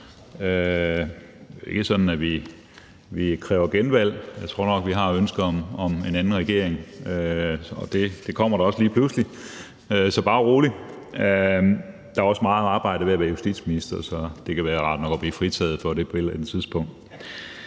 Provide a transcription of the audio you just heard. Det er ikke sådan, at vi kræver et valg – jeg tror nok, at vi har et ønske om en anden regering, og det kommer der også på et tidspunkt, så bare rolig. Der er også meget arbejde i at være justitsminister, så det kan være rart nok at blive fritaget for det på et eller andet tidspunkt.